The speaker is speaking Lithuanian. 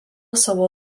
savo